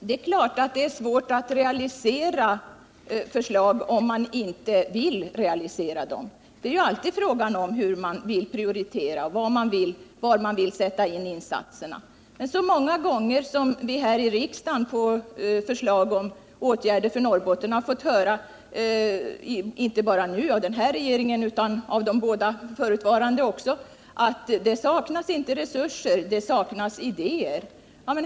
Herr talman! Det är givetvis svårt att realisera förslag, om man inte vill realisera dem. Det är ailtid en fråga om vad man vill prioritera och var man vill göra insatserna. När det gäller förslag om åtgärder för Norrbotten har vi här i riksdagen så många gånger fått höra — inte bara nu av denna regering utan också av de båda förutvarande — att det inte saknas resurser utan idéer.